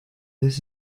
this